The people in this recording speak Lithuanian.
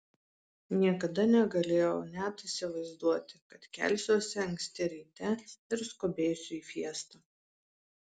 niekada negalėjau net įsivaizduoti kad kelsiuosi anksti ryte ir skubėsiu į fiestą